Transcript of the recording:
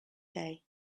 day